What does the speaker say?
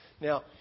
Now